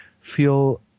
feel